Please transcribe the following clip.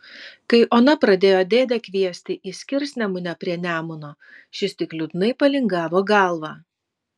kai ona pradėjo dėdę kviesti į skirsnemunę prie nemuno šis tik liūdnai palingavo galvą